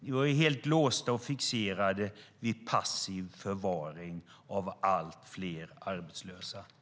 Ni var helt låsta och fixerade vid passiv förvaring av allt fler arbetslösa.